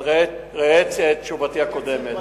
אבל ראה את תשובתי הקודמת.